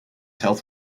health